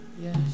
Yes